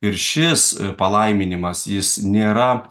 ir šis palaiminimas jis nėra